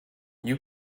you